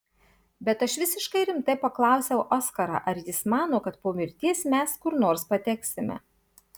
bet aš visiškai rimtai paklausiau oskarą ar jis mano kad po mirties mes kur nors pateksime